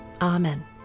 Amen